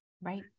right